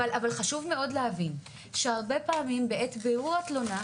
אבל חשוב להבין שהרבה פעמים בעת בירור התלונה,